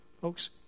Folks